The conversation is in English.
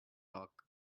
talk